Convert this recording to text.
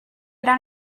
down